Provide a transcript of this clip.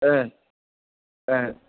ए ए